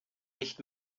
nicht